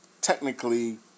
technically